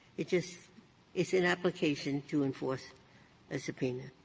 it just it's an application to enforce a subpoena.